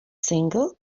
single